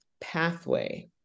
pathway